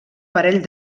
parell